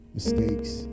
mistakes